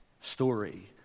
story